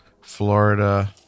Florida